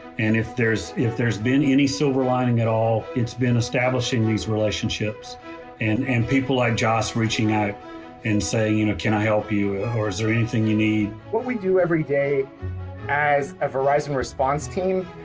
and if there's if there's been any silver lining at all, it's been establishing these relationships and and people like jos reaching out and saying you know can i help you? or is there anything you need? what we do every day as a verizon response team,